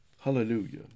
Hallelujah